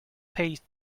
paste